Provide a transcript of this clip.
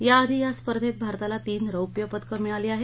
याआधी या स्पर्धेत भारताला तीन रौप्य पदकं मिळाली आहेत